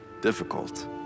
Difficult